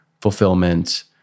fulfillment